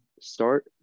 start